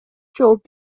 жооп